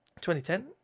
2010